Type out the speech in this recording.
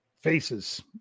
faces